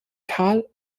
kahl